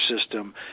system